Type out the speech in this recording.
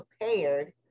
prepared